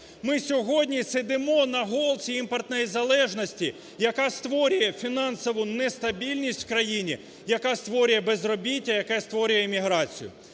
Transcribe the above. Ми сьогодні сидимо на "голці імпортної залежності", яка створює фінансову нестабільність в країні, яка створює безробіття, яка створює еміграцію.